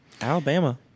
Alabama